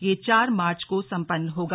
यह चार मार्च को सम्पन्न होगा